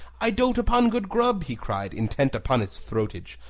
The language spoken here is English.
i dote upon good grub, he cried, intent upon its throatage.